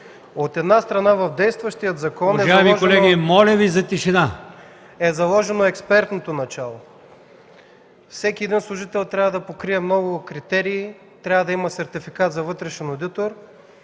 От една страна, в действащия закон е заложено експертното начало: всеки служител трябва да покрива много критерии, да има сертификат за одитор,